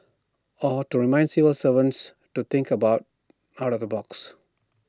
or to remind civil servants to think about out of the box